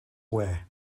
way